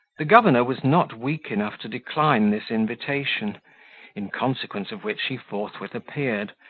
the governor was not weak enough to decline this invitation in consequence of which he forthwith appeared,